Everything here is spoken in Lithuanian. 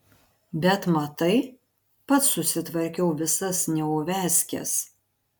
bet matai pats susitvarkiau visas neuviazkes